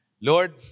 Lord